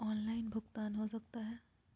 Online भुगतान हो सकता है?